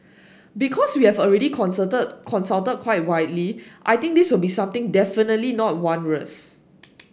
because we have already consulted quite widely I think this will be something definitely not onerous